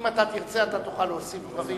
אם אתה תרצה אתה תוכל להוסיף דברים.